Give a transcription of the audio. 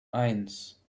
eins